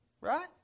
Right